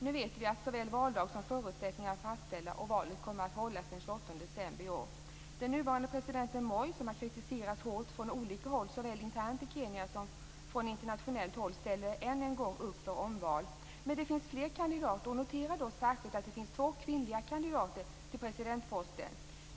Nu vet vi att såväl valdag som förutsättningar är fastställda, och valet kommer att hållas den 28 december i år. Den nuvarande presidenten Moi - som har kritiserats hårt från olika håll, såväl internt i Kenya som internationellt - ställer än en gång upp för omval. Men det finns fler kandidater. Notera då särskilt att det finns två kvinnliga kandidater till presidentposten.